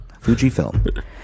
Fujifilm